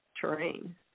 terrain